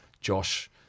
Josh